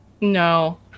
No